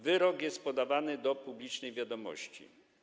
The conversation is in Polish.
Wyrok jest podawany do publicznej wiadomości.